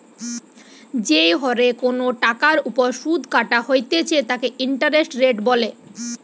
যেই হরে কোনো টাকার ওপর শুধ কাটা হইতেছে তাকে ইন্টারেস্ট রেট বলে